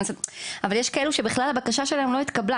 אבל יש כאלו שבכלל הבקשה שלהם לא התקבלה.